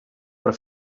per